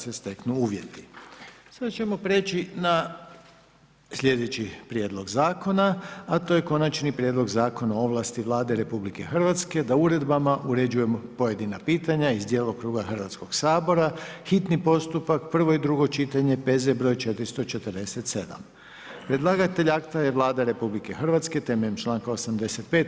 Sada ćemo prijeći na sljedeći prijedlog zakona a to je: - Konačni prijedloga Zakona o ovlasti Vlade RH da uredbama uređujemo pojedina pitanja iz djelokruga Hrvatskoga sabora, hitni postupak, prvo i drugo čitanje, P.Z. br. 447.; Predlagatelj akta je Vlada RH temeljem članka 85.